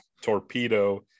torpedo